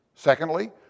Secondly